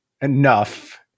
enough